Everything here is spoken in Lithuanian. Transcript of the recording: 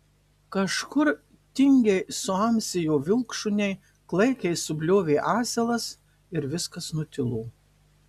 kažkur tingiai suamsėjo vilkšuniai klaikiai subliovė asilas ir viskas nutilo